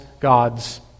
God's